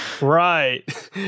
right